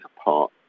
apart